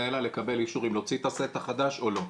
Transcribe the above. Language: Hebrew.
אליי לקבל אישור אם להוציא את הסט החדש או לא.